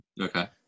Okay